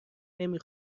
نمی